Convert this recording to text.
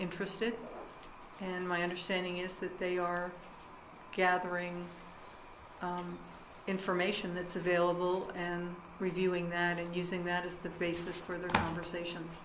interested and my understanding is that they are gathering information that's available and reviewing that and using that as the basis for the conversation